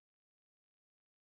okay next card